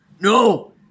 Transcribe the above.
No